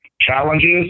challenges